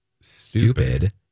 Stupid